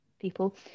people